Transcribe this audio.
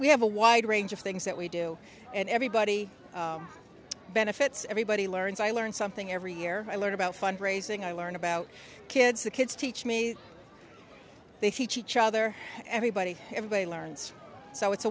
we have a wide range of things that we do and everybody benefits everybody learns i learn something every year i learn about fundraising i learn about kids the kids teach me they teach each other everybody everybody learns so it's a